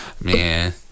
man